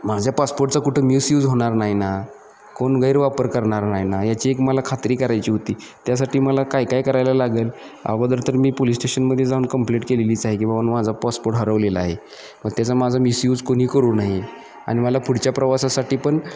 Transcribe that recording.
माझ्या पासपोर्टचा कुठं मिसयूज होणार नाही ना कोणी गैरवापर करणार नाही ना याची एक मला खात्री करायची होती त्यासाठी मला काय काय करायला लागेल अगोदर तर मी पोलीस स्टेशनमध्ये जाऊन कंप्लेंट केलेलीच आहे की बा माझा पासपोर्ट हरवलेला आहे त्याचा माझा मिसयूज कोणी करू नये आणि मला पुढच्या प्रवासासाठी पण